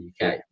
UK